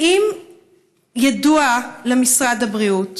האם ידוע למשרד הבריאות